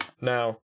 now